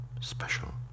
special